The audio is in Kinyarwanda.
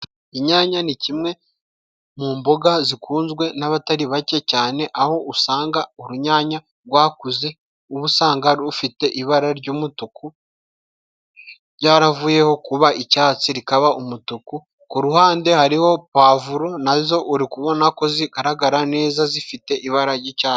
Inyanya ni kimwe mu mboga zikunzwe n'abatari bake cyane, aho usanga urunyanya rwakuze ubu usanga rufite ibara ry'umutuku ryaravuyeho kuba icyatsi rikaba umutuku, ku ruhande hariho puwavuro, nazo uri kubona ko zigaragara neza zifite ibara ry'icyatsi.